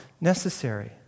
necessary